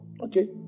okay